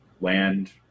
land